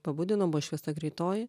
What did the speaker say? pabudino buvo išviesta greitoji